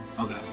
Okay